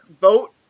vote